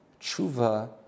tshuva